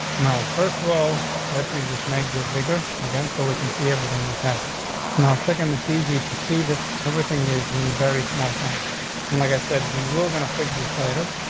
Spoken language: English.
first of all, let me just make this bigger again so we can see everything that's happened now. second, it's easy to see that everything is in very small phone. and like i said, we will gonna fix this later.